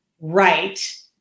right